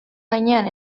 gainean